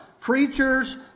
Preachers